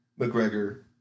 McGregor